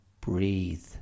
Breathe